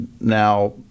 now